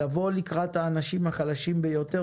לבוא לקראת האנשים החלשים ביותר,